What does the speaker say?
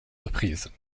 reprises